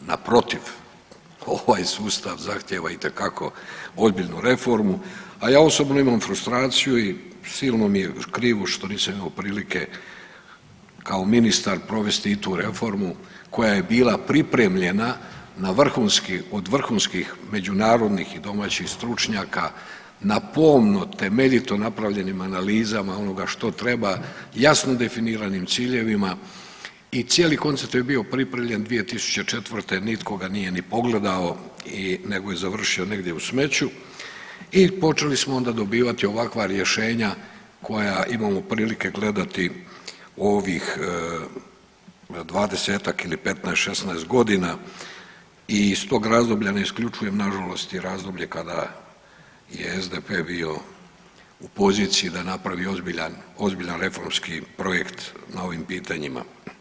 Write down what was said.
Naprotiv, ovaj sustav zahtjeva itekako ozbiljnu reformu, a ja osobno imam frustraciju i silno mi je krivo što nisam imao prilike kao ministar provesti i tu reformu koja je bila pripremljena od vrhunskih međunarodnih i domaćih stručnjaka na pomno temeljito napravljenim analizama onoga što treba i jasno definiranim ciljevima i cijeli koncept je bio pripremljen 2004., nitko ga nije ni pogledao nego je završio negdje u smeću i počeli smo onda dobivati ovakva rješenja koja imamo prilike gledati ovih 20-tak ili 15.-16.g. i iz tog razdoblja ne isključujem nažalost i razdoblje kada je SDP bio u poziciji da napravi ozbiljan, ozbiljan reformski projekt na ovim pitanjima.